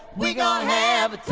we got have